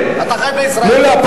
מולה,